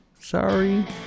sorry